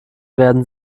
werden